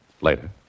Later